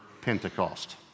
Pentecost